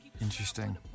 interesting